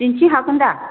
दिन्थि हागोन दा